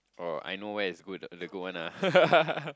oh I know where is good the good one ah